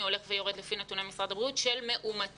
הולך ויורד לפי נתוני משרד הבריאות של מאומתים.